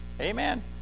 Amen